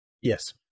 yes